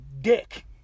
dick